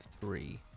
three